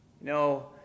No